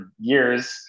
years